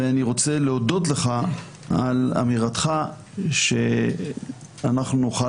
אני רוצה להודות לך על אמירתך שאנחנו נוכל